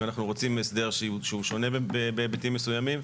אם אנחנו רוצים הסדר שהוא שונה בהיבטים מסוימים,